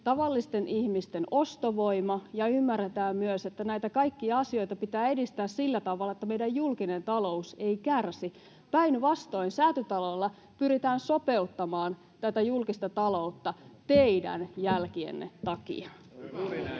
tavallisten ihmisten ostovoima, ja ymmärretään myös, että näitä kaikkia asioita pitää edistää sillä tavalla, että meidän julkinen talous ei kärsi. Päinvastoin, Säätytalolla pyritään sopeuttamaan tätä julkista taloutta teidän jälkienne takia.